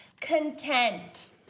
content